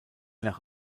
nach